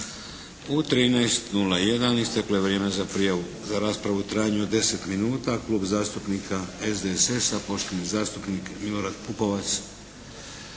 U 13,01 isteklo je vrijeme za prijavu za raspravu u trajanju od deset minuta. Klub zastupnika SDSS-a poštovani zastupnik Milorad Pupovac.